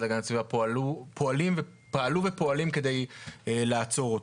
להגנת הסביבה פעלו ופועלים כדי לעצור אותו.